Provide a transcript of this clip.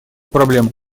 проблемы